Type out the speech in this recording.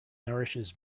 nourishes